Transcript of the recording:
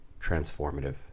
transformative